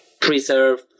preserve